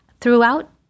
throughout